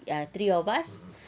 ya three of us